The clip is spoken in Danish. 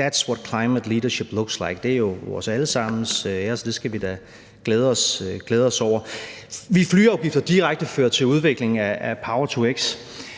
That's what climate leadership looks like. Det er jo til vores alle sammens ære, så det skal vi da glæde os over. Ville flyafgifter direkte føre til udvikling af power-to-x?